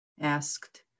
asked